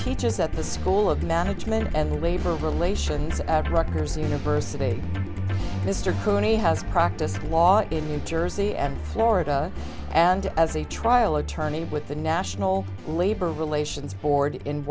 teaches at the school of management and labor relations at riker's university mr cooney has practiced law in new jersey and florida and as a trial attorney with the national labor relations board in